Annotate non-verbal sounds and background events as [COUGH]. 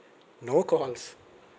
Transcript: no calls [LAUGHS]